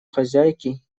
хозяйке